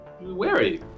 wary